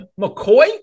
McCoy